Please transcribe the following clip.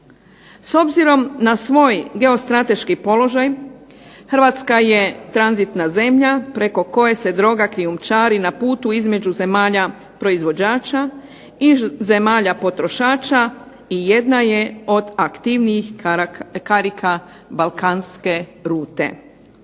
S obzirom na svoj geostrateški položaj Hrvatska je tranzitna zemlja preko koje se droga krijumčari na putu između zemalja proizvođača i zemalja potrošača i jedna je od aktivnijih karika balkanske rute.